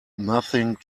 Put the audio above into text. nothing